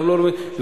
לא רואים משם,